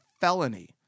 felony